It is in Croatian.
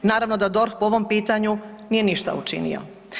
Naravno da DORH po ovom pitanju nije ništa učinio.